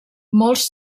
molts